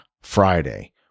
Friday